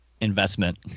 investment